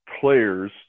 players